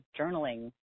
journaling